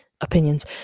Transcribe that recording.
opinions